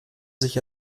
sich